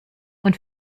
und